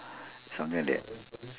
something like that